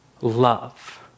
Love